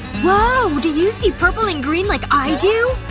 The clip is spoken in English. whoa. do you see purple and green like i do?